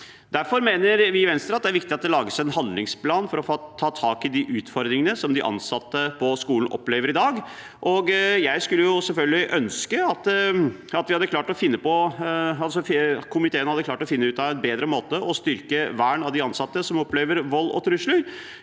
Derfor mener vi i Venstre at det er viktig at det lages en handlingsplan for å ta tak i de utfordringene som de ansatte i skolen opplever i dag. Jeg skulle selvfølgelig ønske at komiteen hadde klart å finne en bedre måte å styrke vernet av de ansatte som opplever vold og trusler